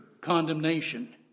condemnation